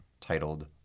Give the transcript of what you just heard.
titled